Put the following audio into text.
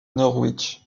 norwich